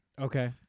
Okay